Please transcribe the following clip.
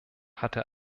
hatte